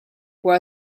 può